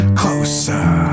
closer